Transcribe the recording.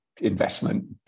investment